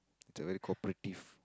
they very cooperative